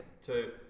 two